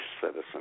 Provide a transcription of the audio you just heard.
citizen